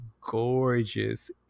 gorgeous